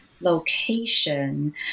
location